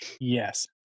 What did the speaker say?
Yes